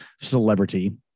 celebrity